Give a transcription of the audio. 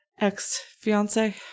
ex-fiance